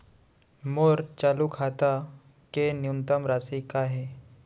मोर चालू खाता के न्यूनतम राशि का हे?